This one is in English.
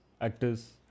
actors